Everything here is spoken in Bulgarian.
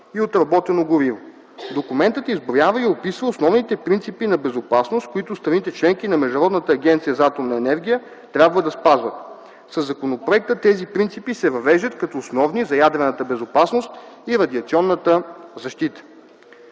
и отработено гориво. Документът изброява и описва основните принципи на безопасност, които страните –членки на Международната агенция за атомна енергия, трябва да спазват. Със законопроекта тези принципи се въвеждат като основни за ядрената безопасност и радиационната защита.